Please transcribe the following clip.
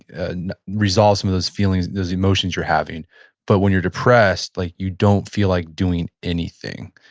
and resolve some of those feelings, those emotions you're having but when you're depressed, like you don't feel like doing anything.